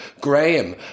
Graham